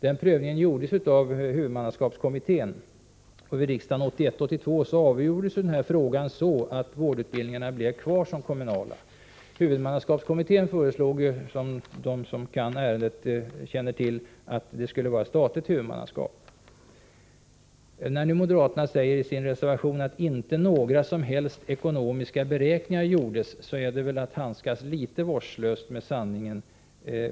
Den prövningen gjordes av huvudmannaskapskommittén. Vid riksmötet 1981/82 avgjordes frågan så, att vårdutbildningarna blev kvar som kommunala. Huvudmannaskapskommittén föreslog ju — de som kan ärendet känner till detta — att det skulle vara statligt huvudmannaskap. När nu moderaterna säger i sin reservation att inte några som helst ekonomiska beräkningar gjordes är det väl att handskas litet vårdslöst med sanningen.